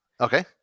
Okay